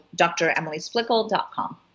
DrEmilySplickle.com